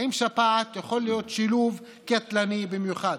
עם שפעת יכולה להיות שילוב קטלני במיוחד.